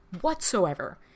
whatsoever